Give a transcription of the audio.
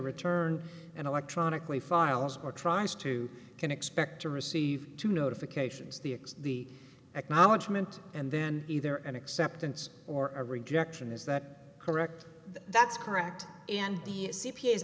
return and electronically files or tries to can expect to receive two notifications the excess the acknowledgment and then either an acceptance or a rejection is that correct that's correct and the c